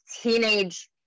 teenage